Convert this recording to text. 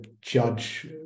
judge